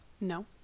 No